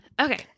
Okay